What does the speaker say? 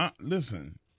listen